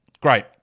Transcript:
Great